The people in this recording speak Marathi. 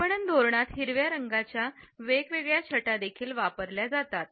विपणन धोरणात हिरव्या रंगाच्या वेगवेगळ्या छटा देखील वापरल्या जातात